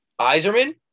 Iserman